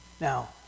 Now